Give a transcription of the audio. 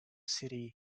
city